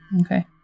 Okay